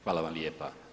Hvala vam lijepa.